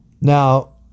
now